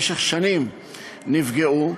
במשך שנים הם נפגעו.